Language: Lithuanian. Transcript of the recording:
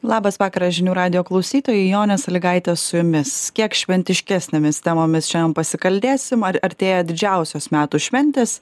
labas vakaras žinių radijo klausytojai jonė salygaitė su jumis kiek šventiškesnėmis temomis šiandien pasikalbėsim ar artėja didžiausios metų šventės